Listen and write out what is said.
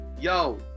Yo